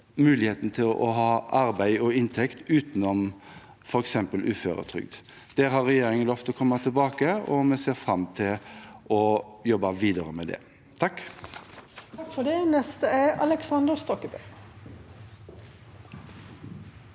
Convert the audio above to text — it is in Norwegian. muligheten til å ha arbeid og inntekt utenom f.eks. uføretrygd. Det har regjeringen lovet å komme tilbake til, og vi ser fram til å jobbe videre med det.